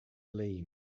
lame